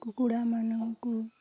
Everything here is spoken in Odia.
କୁକୁଡ଼ାମାନଙ୍କୁ